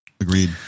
agreed